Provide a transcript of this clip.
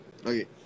Okay